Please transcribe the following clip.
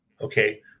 okay